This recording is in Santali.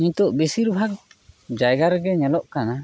ᱱᱤᱛᱚᱜ ᱵᱤᱥᱤᱨ ᱵᱷᱟᱜᱽ ᱡᱟᱭᱜᱟ ᱨᱮᱜᱮ ᱧᱮᱞᱚᱜ ᱠᱟᱱᱟ